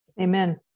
Amen